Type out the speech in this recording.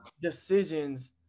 decisions